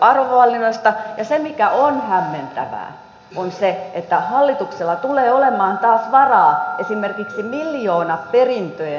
se mikä on hämmentävää on se että hallituksella tulee olemaan taas varaa esimerkiksi miljoonaperintöjen veronkevennyksiin